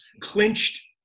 clinched